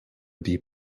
deep